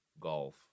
golf